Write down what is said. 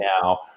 now